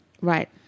Right